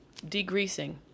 degreasing